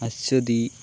Aswathy